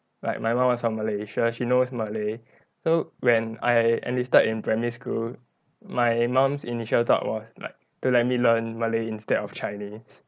like my mom was from malaysia she knows malay so when I enlisted in primary school my mom's initial thought was like to let me learn malay instead of chinese